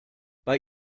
bei